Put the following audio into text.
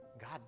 God